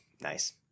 Nice